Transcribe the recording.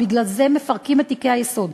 בגלל זה מפרקים את תיקי היסוד.